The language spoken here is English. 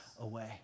away